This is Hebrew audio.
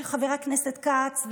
שחבר הכנסת כץ,